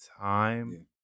time